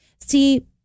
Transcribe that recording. See